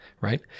right